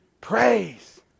Praise